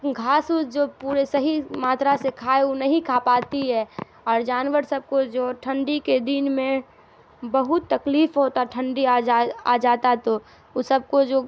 گھاس جو پورے صحیح ماترا سے کھائے وہ نہیں کھا پاتی ہے اور جانور سب کو جو ٹھنڈی کے دن میں بہت تکلیف ہوتا ٹھنڈی آ جا آ جاتا تو اس سب کو جو